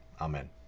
Amen